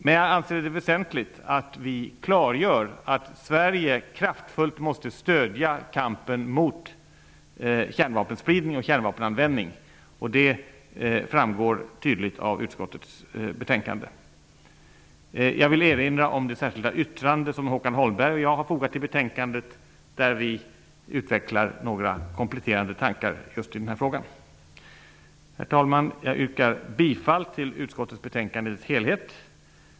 Men jag anser det väsentligt att vi klargör att Sverige kraftfullt måste stödja kampen mot kärnvapenspridning och kärnvapenanvändning. Det framgår tydligt av utskottets betänkande. Jag vill erinra om det särskilda yttrande som Håkan Holmberg och jag har fogat till betänkandet, där vi utvecklar några kompletterande tankar i just denna fråga. Herr talman! Jag yrkar bifall till hemställan i utskottets betänkande i dess helhet.